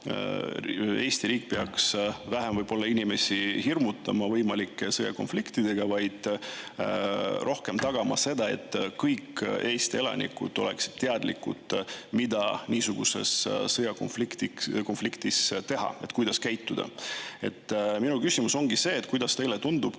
Eesti riik peaks inimesi vähem hirmutama võimalike sõjakonfliktidega ja rohkem tagama seda, et kõik Eesti elanikud oleksid teadlikud, mida sõjakonfliktis teha, kuidas käituda. Minu küsimus ongi see: kuidas teile tundub,